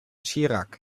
chirac